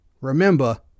remember